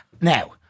now